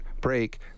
break